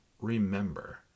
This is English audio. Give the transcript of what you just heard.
remember